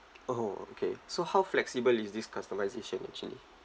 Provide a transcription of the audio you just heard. oh okay so how flexible is this customisation actually